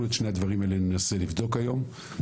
אנחנו את שני הדברים האלה ננסה לבדוק היום.